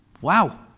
Wow